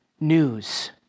news